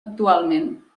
actualment